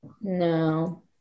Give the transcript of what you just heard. No